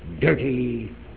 dirty